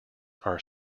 are